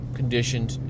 conditioned